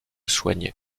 soigné